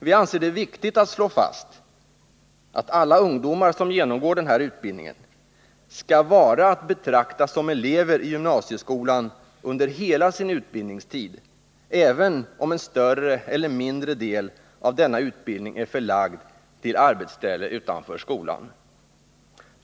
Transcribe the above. Vi anser att det är viktigt att slå fast att alla ungdomar som genomgår denna utbildning skall vara att betrakta som elever i gymnasieskolan under hela sin utbildningstid, även om en större eller mindre del av denna utbildning är förlagd till arbetsställe utanför skolan.